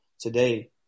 today